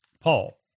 Paul